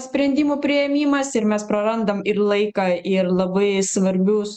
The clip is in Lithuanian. sprendimų priėmimas ir mes prarandam ir laiką ir labai svarbius